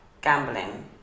gambling